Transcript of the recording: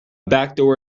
backdoor